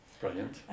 Brilliant